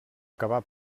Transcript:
acabà